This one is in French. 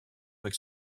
avec